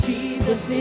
Jesus